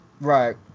Right